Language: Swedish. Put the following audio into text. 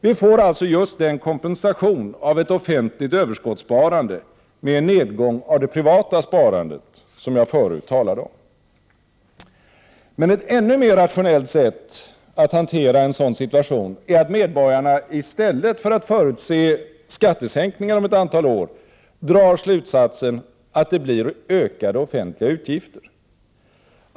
Vi får alltså just den kompensation av ett offentligt överskottssparande med en nedgång av det privata sparandet som jag förut talade om. Men ett ännu mer rationellt sätt att hantera en sådan situation är att medborgarna, i stället för att förutse skattesänkningar om ett antal år, drar slutsatsen att det blir ökade offentliga utgifter.